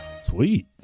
Sweet